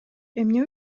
эмне